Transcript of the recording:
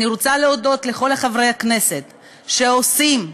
אני רוצה להודות לכל חברי הכנסת שעושים ועוזרים,